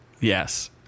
Yes